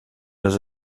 dass